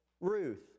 Ruth